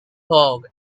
hog